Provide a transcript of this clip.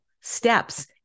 steps